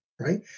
right